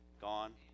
Gone